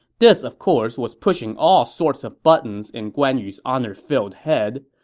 this, of course, was pushing all sorts of buttons in guan yu's honor-filled head.